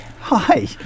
hi